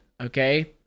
okay